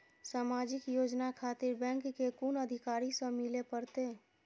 समाजिक योजना खातिर बैंक के कुन अधिकारी स मिले परतें?